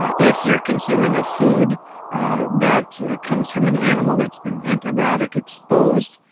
um if you're consuming a food that comes from an animal that's been antibiotic exposed,